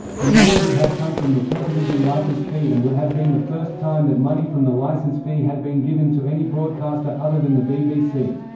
the money would have come from the television licence fee and would have been the first time that money from the licence fee had been given to any broadcaster other than the bbc.